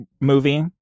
movie